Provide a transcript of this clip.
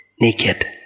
naked